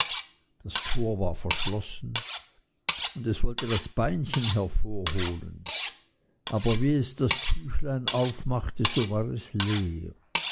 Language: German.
das tor war verschlossen und es wollte das beinchen hervorholen aber wie es das tüchlein aufmachte so war es leer